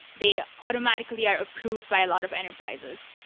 they automatically are approved by a lot of enterprises.